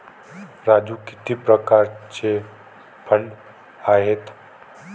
राजू किती प्रकारचे फंड आहेत?